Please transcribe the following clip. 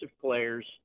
players